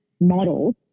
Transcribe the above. models